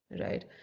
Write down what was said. right